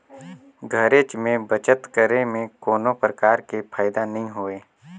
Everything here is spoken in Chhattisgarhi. घरेच में बचत करे में कोनो परकार के फायदा नइ होय